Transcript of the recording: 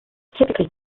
typically